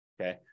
okay